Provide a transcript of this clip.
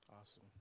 Awesome